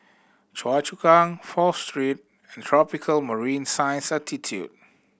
Choa Chu Kang Fourth Street and Tropical Marine Science Institute